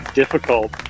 difficult